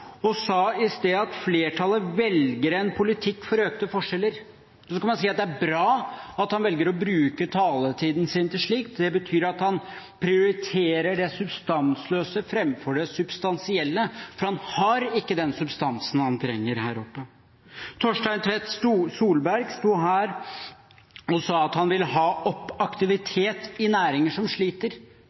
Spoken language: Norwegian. og sa at flertallet «velger en politikk for økte forskjeller». Så kan man si at det er bra at han velger å bruke taletiden sin til slikt. Det betyr at han prioriterer det substansløse framfor det substansielle, for han har ikke den substansen han trenger her oppe. Torstein Tvedt Solberg sto her og sa at han ville «ha opp aktiviteten i næringer som sliter».